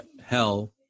Hell